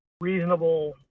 reasonable